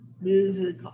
music